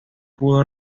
pudo